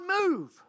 move